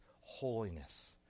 holiness